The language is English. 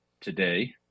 today